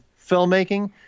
filmmaking